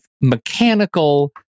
mechanical